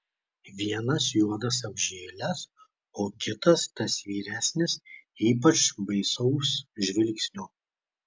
vienas juodas apžėlęs o kitas tas vyresnis ypač baisaus žvilgsnio